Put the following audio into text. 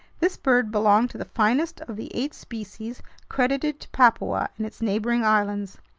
this bird belonged to the finest of the eight species credited to papua and its neighboring islands.